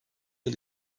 yıl